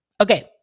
Okay